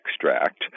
extract